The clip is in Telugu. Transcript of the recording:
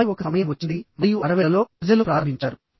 ఆపై ఒక సమయం వచ్చింది మరియు 60 లలో ప్రజలు ప్రారంభించారు